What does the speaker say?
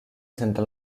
sente